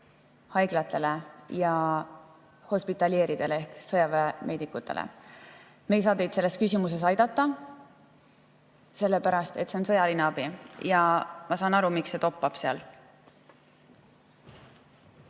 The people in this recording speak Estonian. haiglatele ja hospitalidele ehk sõjaväemeedikutele. Me ei saa teid selles küsimuses aidata, sellepärast et see on sõjaline abi. Aga ma saan aru, miks see seal